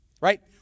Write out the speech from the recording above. right